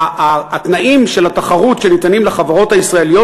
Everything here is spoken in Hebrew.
התנאים של התחרות שניתנים לחברות הישראליות